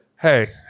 hey